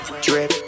drip